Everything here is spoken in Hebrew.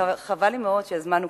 חבל לי מאוד שהזמן קצר.